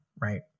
right